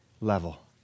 level